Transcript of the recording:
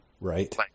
right